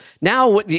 now